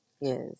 Yes